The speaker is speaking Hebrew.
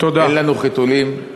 אין לנו חיתולים,